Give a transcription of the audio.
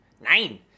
nine